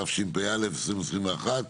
התשפ"א-2021,